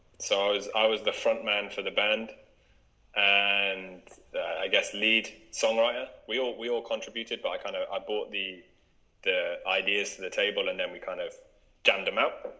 so i was the frontman for the band and i guess lead songwriter. we all we all contributed by kind of i bought the the ideas to the table and then we kind of jammed him up.